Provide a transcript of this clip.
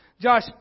Josh